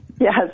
yes